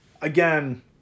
again